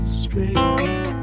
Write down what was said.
straight